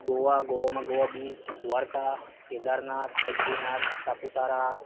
ગોવા ગોવામાં Goa beach Dwarka Kedarnath Badrinath Saputara